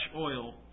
oil